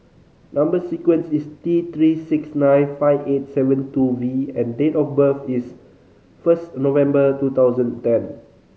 number sequence is T Three six nine five eight seven two V and date of birth is first November two thousand ten